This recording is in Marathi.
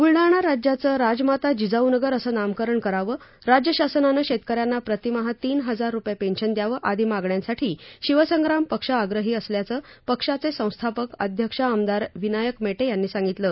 बुलडाणा जिल्ह्याचं राजमाता जिजाऊनगर असं नामकरण करावं राज्यशासनानं शेतकऱ्यांना प्रतिमाह तीन हजार रुपये पेंशन द्यावं आदी मागण्यांसाठी शिवसंग्राम पक्ष आग्रही असल्याचं पक्षाचे संस्थापक अध्यक्ष आमदार विनायक मेटे यांनी सांगितलं